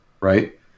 right